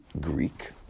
Greek